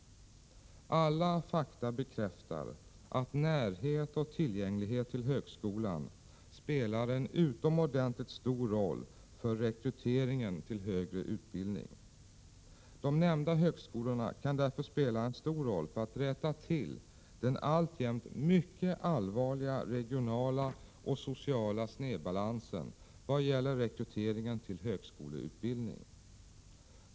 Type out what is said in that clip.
Alla fakta bekräftar att närhet och tillgänglighet till högskolan spelar en utomordentligt stor roll för rekryteringen till högre utbildning. De nämnda högskolorna kan därför spela en stor roll för att rätta till den alltjämt mycket allvarliga regionala och sociala snedbalansen vad gäller rekryteringen till högskoleutbildning.